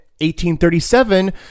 1837